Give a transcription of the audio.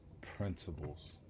principles